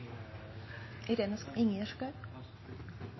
Eg skal